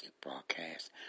broadcast